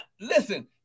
listen